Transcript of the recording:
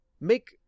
make